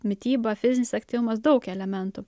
mityba fizinis aktyvumas daug elementų